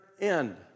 end